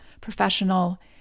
professional